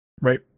Right